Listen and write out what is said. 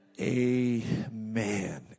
Amen